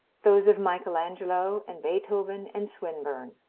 those of michael angelo and beethoven and swinburne.